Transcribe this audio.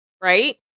right